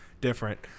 Different